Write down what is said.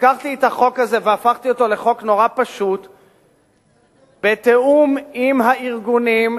לקחתי את החוק הזה והפכתי אותו לחוק נורא פשוט בתיאום עם הארגונים,